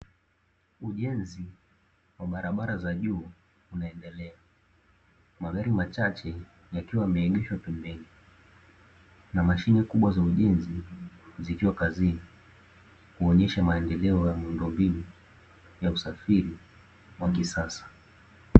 Ujenzi wa barabara za juu unaendelea, magari machache yakiwa yameegeshwa pembeni, na mashine kubwa za ujenzi zikiwa kazini, kuonyesha maendeleo ya miundombinu na usafiri wa kisasa.